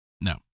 No